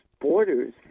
borders